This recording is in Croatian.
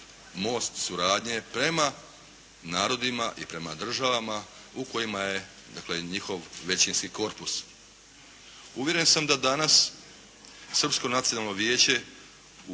most suradnje prema narodima i prema državama u kojima je dakle njihov većinski korpus. Uvjeren sam da danas Srpsko nacionalno vijeće